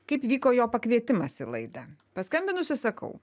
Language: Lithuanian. kaip vyko jo pakvietimas į laidą paskambinusi sakau